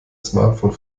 smartphone